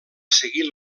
seguir